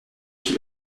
qui